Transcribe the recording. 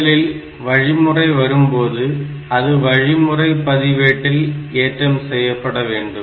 முதலில் வழிமுறை வரும்போது அது வழிமுறை பதிவேட்டில் ஏற்றம் செய்யப்படவேண்டும்